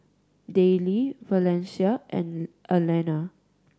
Dayle Valencia and Alena